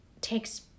takes